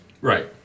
Right